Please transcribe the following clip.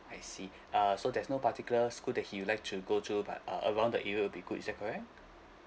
I see uh so there's no particular school that he would like to go to but uh around the area will be good is that correct